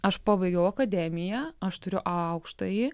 aš pabaigiau akademiją aš turiu aukštąjį